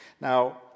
Now